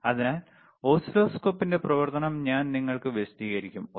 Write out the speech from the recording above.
അതിനാൽ ഓസിലോസ്കോപ്പിന്റെ പ്രവർത്തനം ഞാൻ നിങ്ങൾക്ക് വിശദീകരിക്കും